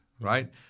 right